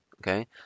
okay